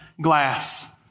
glass